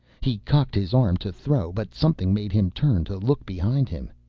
he cocked his arm to throw but something made him turn to look behind him.